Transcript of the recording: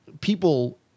people